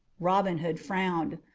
robin hood frowned.